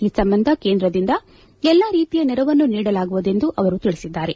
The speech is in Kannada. ಈ ಸಂಬಂಧ ಕೇಂದ್ರಿಂದ ಎಲ್ಲ ರೀತಿಯ ನೆರವನ್ನು ನೀಡಲಾಗುವುದು ಎಂದು ಅವರು ತಿಳಿಸಿದ್ದಾರೆ